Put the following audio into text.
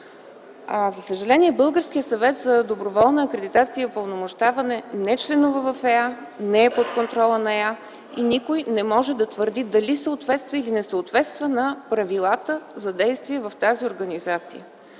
За съжаление, Българският съвет за доброволна акредитация и упълномощаване (БСДАУ) не членува в ЕА, не е под контрола на ЕА и никой не може да твърди дали съответства или не съответства на правилата за действие в тази организация.